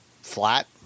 flat